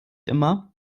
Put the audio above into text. immer